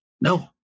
no